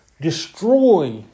destroy